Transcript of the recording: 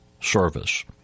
Service